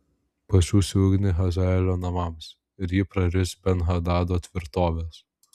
pasiųsiu ugnį hazaelio namams ir ji praris ben hadado tvirtoves